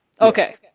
Okay